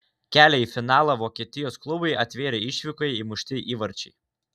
kelią į finalą vokietijos klubui atvėrė išvykoje įmušti įvarčiai